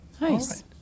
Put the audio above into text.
Nice